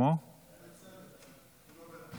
ולהארכת תוקפן של תקנות שעת חירום (חרבות